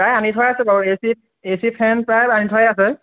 প্ৰায় আনি থোৱাই আছে বাৰু A C A C fan প্ৰায়ে আনি থোৱাই আছে